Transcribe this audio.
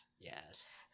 Yes